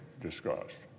discussed